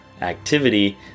activity